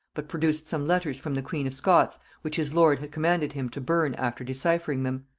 but produced some letters from the queen of scots which his lord had commanded him to burn after decyphering them.